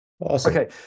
okay